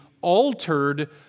altered